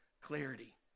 clarity